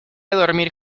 dormir